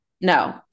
no